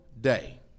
day